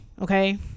Okay